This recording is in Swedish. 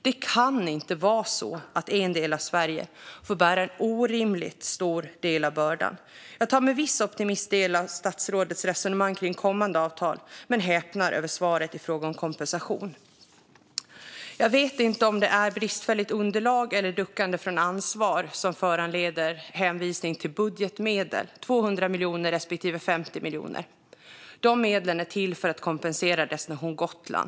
Det kan inte vara så att en del av Sverige får bära en orimligt stor del av bördan. Jag tar med viss optimism del av statsrådets resonemang kring kommande avtal men häpnar över svaret i fråga om kompensation. Jag vet inte om det är bristfälligt underlag eller duckande från ansvar som föranleder en hänvisning till budgetmedel - 200 miljoner respektive 50 miljoner. De medlen är till för att kompensera Destination Gotland.